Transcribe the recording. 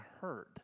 heard